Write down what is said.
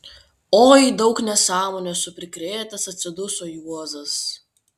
oi daug nesąmonių esu prikrėtęs atsiduso juozas